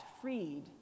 freed